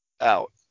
out